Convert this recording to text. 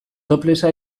toplessa